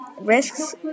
risks